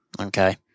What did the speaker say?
Okay